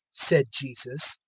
said jesus,